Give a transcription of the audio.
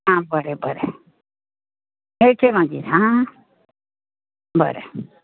आं बरें बरें मेळचें मागीर हां बरें